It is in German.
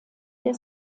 der